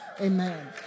amen